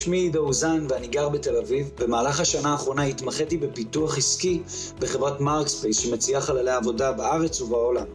שמי עידו אוזן ואני גר בתל אביב. במהלך השנה האחרונה התמחיתי בפיתוח עסקי בחברת מרקספייס שמציעה חללי עבודה בארץ ובעולם.